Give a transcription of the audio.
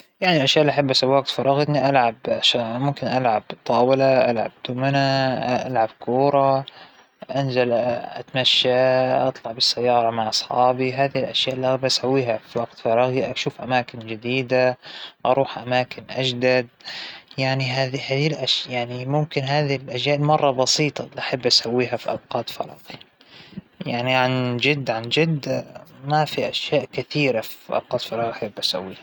عندى كثير من الهوايات مو- مو شى معين، لكنى بحب القراية بحب الكتابة، بحب أشوف أفلام، برسم أحيانا مو شغلة معينة، أحيانا أقضى وقت فراغى مع أولادى، ممكن أطلع شى مشوار، لكن ما مابو شى معين بساويه.